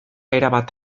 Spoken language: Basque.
erabat